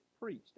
preached